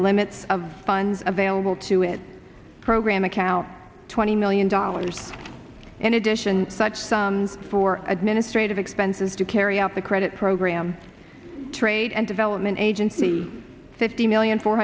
limits of funds available to it program account twenty million dollars in addition such sums for administrative expenses to carry out the credit program trade and development agency fifty million four